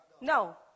No